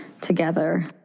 together